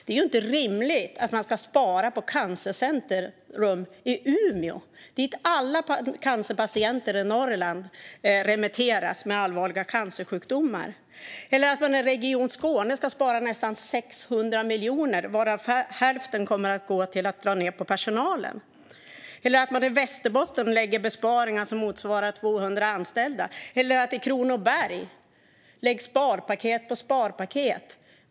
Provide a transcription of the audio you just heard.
Det är inte rimligt att man ska spara på cancercentrum i Umeå, dit alla patienter med allvarliga cancersjukdomar i Norrland remitteras, eller att man i Region Skåne ska spara nästan 600 miljoner, varav hälften genom att dra ned på personalen. Det är inte heller rimligt att man i Västerbotten gör besparingar som motsvarar 200 anställda eller att det i Kronoberg läggs sparpaket på sparpaket.